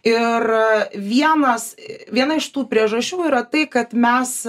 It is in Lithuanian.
ir vienas viena iš tų priežasčių yra tai kad mes